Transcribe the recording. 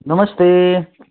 नमस्ते